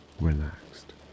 relaxed